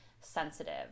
sensitive